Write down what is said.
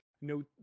no